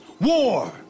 War